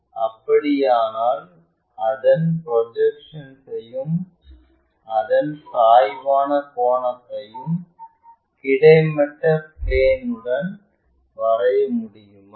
அப்படியானால் அதன் ப்ரொஜெக்ஷன்யும் அதன் சாய்வான கோணத்தையும் கிடைமட்ட பிளேன்டன் வரைய முடியுமா